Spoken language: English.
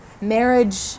marriage